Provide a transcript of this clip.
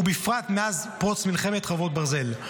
ובפרט מאז מלחמת חרבות ברזל,